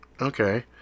Okay